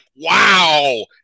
wow